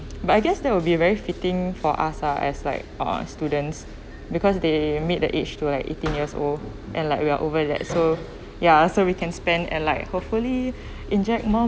but I guess that would be very fitting for us lah as like uh students because they made the age to like eighteen years old and like we are over that so ya so we can spend and like hopefully inject more